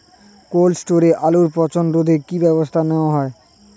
Cold স্টোরে আলুর পচন রোধে কি ব্যবস্থা নেওয়া হয়?